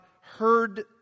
heard